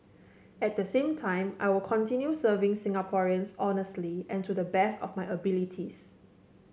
at the same time I will continue serving Singaporeans honestly and to the best of my abilities